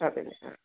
അതെയല്ലേ ആ